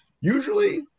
Usually